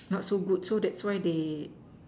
not so good so that's why they